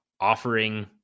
offering